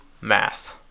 math